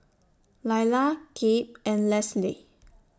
Lailah Kip and Lesli